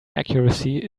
accuracy